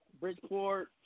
Bridgeport